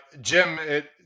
Jim